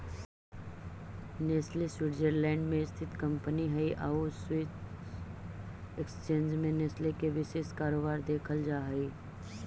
Nestle Switzerland में स्थित कंपनी हइ आउ स्विस एक्सचेंज में नेस्ले के विशेष कारोबार देखल जा हइ